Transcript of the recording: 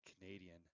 canadian